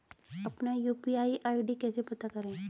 अपना UPI ID कैसे पता करें?